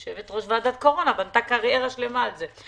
יושבת-ראש ועדת קורונה בנתה קריירה שלמה על זה.